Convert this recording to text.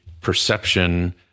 perception